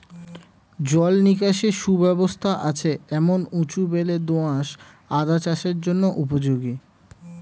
জল নিকাশের সুব্যবস্থা আছে এমন উঁচু বেলে দোআঁশ আদা চাষের জন্য উপযোগী